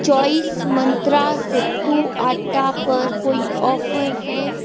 choice Mantra सत्तू आट्टा पर कोई ऑफर है